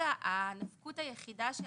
כרגע הנפקות היחידה של